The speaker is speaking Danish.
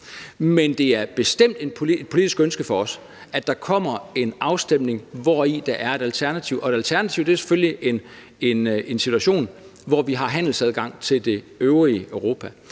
Men det er bestemt et politisk ønske for os, at der kommer en afstemning, hvori der er et alternativ. Og et alternativ er selvfølgelig en situation, hvor vi har handelsadgang til det øvrige Europa.